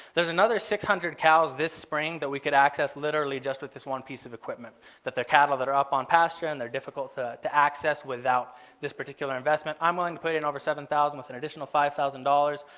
there is another six hundred cows this spring that we could access literally just with this one piece of equipment that the cattle that are up on pasture and they're difficult to access without this particular investment. i'm willing to put in over seven thousand with an additional five thousand dollars.